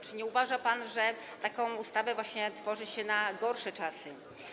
Czy nie uważa pan, że taką ustawę tworzy się na gorsze czasy?